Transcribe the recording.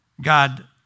God